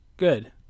Good